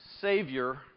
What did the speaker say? savior